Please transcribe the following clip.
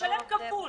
נשלם כפול.